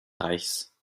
reichs